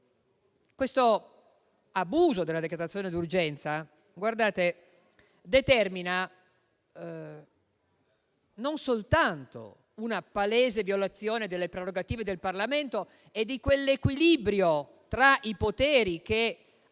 L'abuso della decretazione d'urgenza determina non soltanto una palese violazione delle prerogative del Parlamento e di quell'equilibrio tra i poteri che vede